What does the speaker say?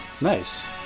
Nice